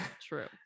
True